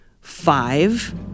Five